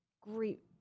great